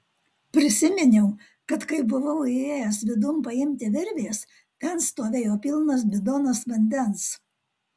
prisiminiau kad kai buvau įėjęs vidun paimti virvės ten stovėjo pilnas bidonas vandens